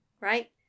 Right